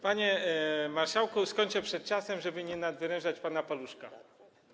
Panie marszałku, skończę przed czasem, żeby nie nadwyrężać pana paluszka.